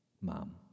Mom